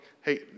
hey